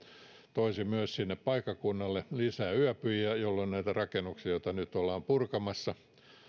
toisi myös sinne paikkakunnalle lisäyöpyjiä jolloin näitä rakennuksia joita nyt ollaan purkamassa